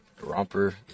romper